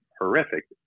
horrific